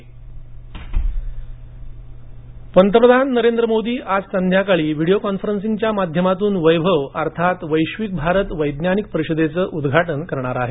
वैभव उद्घाटन मोदी पंतप्रधान नरेंद्र मोदी आज संध्याकाळी व्हिडिओ कॉन्फरन्सिंगच्या माध्यमातून वैभव अर्थात वैश्विक भारतीय वैज्ञानिक परिषदेच उद्घाटन करणार आहेत